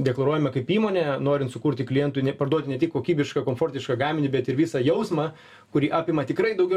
deklaruojame kaip įmonė norint sukurti klientui ne parduoti ne tik kokybišką komfortišką gaminį bet ir visą jausmą kurį apima tikrai daugiau